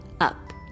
up